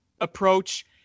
approach